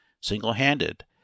single-handed